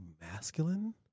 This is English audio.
masculine